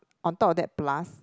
on top of that plus